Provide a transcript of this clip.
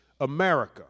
America